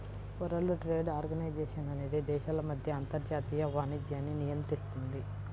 world trade organisation అనేది దేశాల మధ్య అంతర్జాతీయ వాణిజ్యాన్ని నియంత్రిస్తుంది